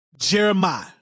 Jeremiah